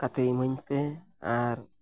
ᱠᱟᱛᱮ ᱤᱢᱟᱹᱧ ᱯᱮ ᱟᱨ